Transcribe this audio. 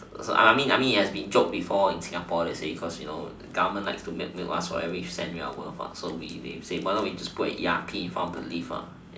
so so I mean I mean it has been joked before in Singapore they say that you know government loves to milk milk us for every cent we're worth so say why not just put a E_R_P in front of the lift